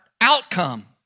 outcome